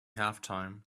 halftime